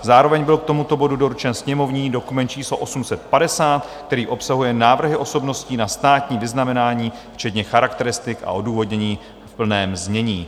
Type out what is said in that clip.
Zároveň byl k tomuto bodu doručen sněmovní dokument číslo 850, který obsahuje návrhy osobností na státní vyznamenání včetně charakteristik a odůvodnění v plném znění.